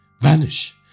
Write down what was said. vanish